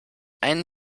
ein